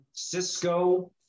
Cisco